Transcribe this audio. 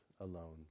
alone